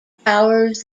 powers